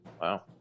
Wow